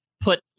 put